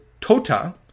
tota